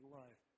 life